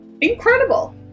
incredible